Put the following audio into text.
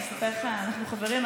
אנחנו חברים,